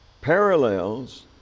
parallels